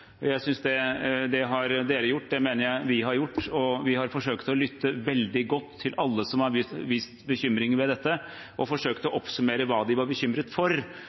lytte. Jeg synes at det har dere gjort, og det mener jeg vi har gjort. Vi har forsøkt å lytte veldig godt til alle som har vist bekymring for dette, forsøkt å oppsummere hva de var bekymret for,